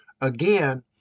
again